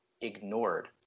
ignored